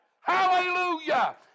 Hallelujah